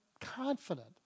confident